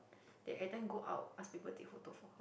then everytime go out ask people take photo for her